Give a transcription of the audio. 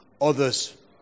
others